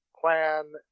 plan